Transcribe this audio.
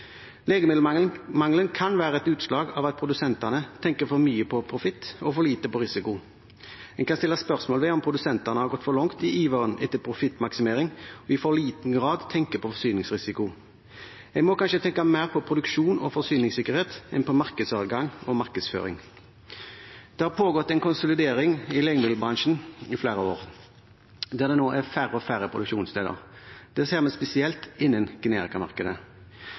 Legemiddelmangelen kan være et utslag av at produsentene tenker for mye på profitt og for lite på risiko. En kan stille spørsmål ved om produsentene har gått for langt i iveren etter profittmaksimering og i for liten grad tenker på forsyningsrisiko. En må kanskje tenke mer på produksjon og forsyningssikkerhet enn på markedsadgang og markedsføring. Det har pågått en konsolidering i legemiddelbransjen i flere år, der det nå er færre og færre produksjonssteder. Det ser vi spesielt innen generikamarkedet.